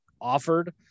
offered